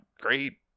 great